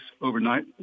overnight